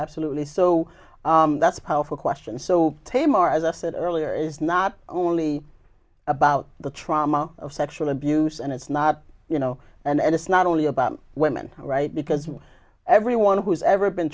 absolutely so that's powerful question so tame are as i said earlier is not only about the trauma of sexual abuse and it's not you know and it's not only about women right because everyone who's ever been